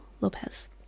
Lopez